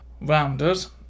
rounders